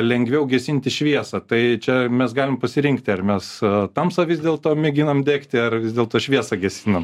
lengviau gesinti šviesą tai čia mes galim pasirinkti ar mes tamsą vis dėl to mėginam degti ar vis dėlto šviesą gesinam